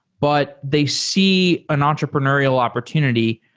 but they see an entrepreneurial opportunity.